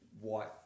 white